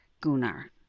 Gunnar